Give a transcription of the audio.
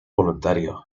voluntarios